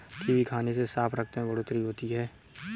kiwi खाने से साफ रक्त में बढ़ोतरी होती है